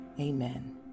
amen